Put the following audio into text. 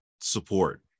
support